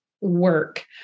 work